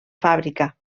fàbrica